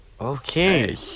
Okay